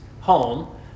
home